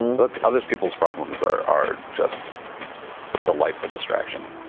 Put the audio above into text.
um but but other people's problems are are just delightful distraction.